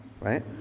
right